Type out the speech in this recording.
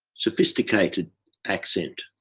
sophisticated accent.